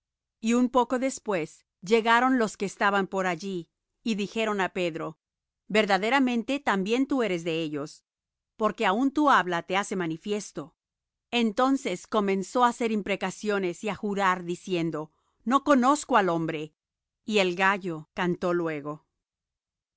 y un poco después llegaron los que estaban por allí y dijeron á pedro verdaderamente también tú eres de ellos porque aun tu habla te hace manifiesto entonces comienzó á hacer imprecaciones y á jurar diciendo no conozco al hombre y el gallo cantó luego